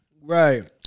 Right